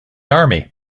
army